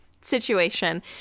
situation